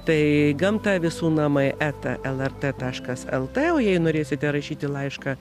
tai gamta visų namai eta lrt taškas lt o jei norėsite rašyti laišką